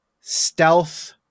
stealth